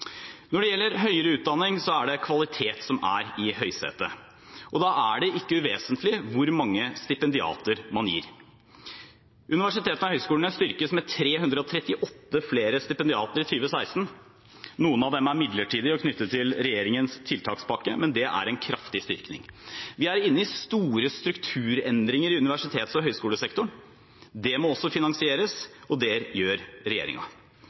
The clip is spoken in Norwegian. Når det gjelder høyere utdanning, er det kvalitet som er i høysetet, og da er det ikke uvesentlig hvor mange stipendiatstillinger man gir. Universitetene og høyskolene styrkes med 338 flere stipendiater i 2016. Noen av dem er midlertidige og knyttet til regjeringens tiltakspakke, men det er en kraftig styrking. Vi er inne i store strukturendringer i universitets- og høyskolesektoren. Det må også finansieres, og det gjør